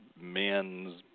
men's